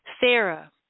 Sarah